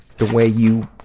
the way you,